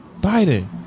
Biden